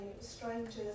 strangers